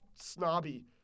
Snobby